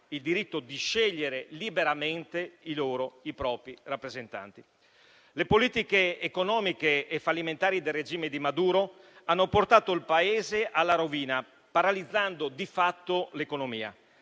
il diritto di scegliere liberamente i propri rappresentanti. Le politiche economiche e fallimentari del regime di Maduro hanno portato il Paese alla rovina, paralizzando di fatto l'economia.